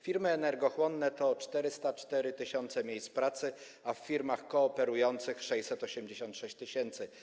Firmy energochłonne zapewniają 404 tys. miejsc pracy, natomiast w firmach kooperujących - 686 tys.